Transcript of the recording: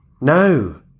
no